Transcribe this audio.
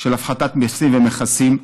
של הפחתות מיסים ומכסים,